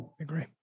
Agree